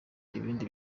ibindi